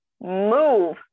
move